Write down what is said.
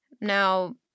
Now